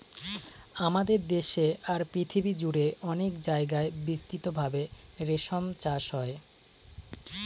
আমাদের দেশে আর পৃথিবী জুড়ে অনেক জায়গায় বিস্তৃত ভাবে রেশম চাষ হয়